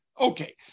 Okay